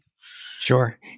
Sure